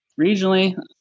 Regionally